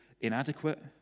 inadequate